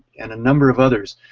and a number of others,